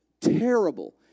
terrible